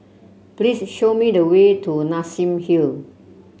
please show me the way to Nassim Hill